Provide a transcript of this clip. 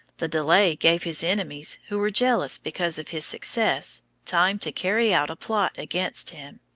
the delay gave his enemies, who were jealous because of his success, time to carry out a plot against him.